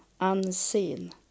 unseen